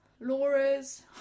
Laura's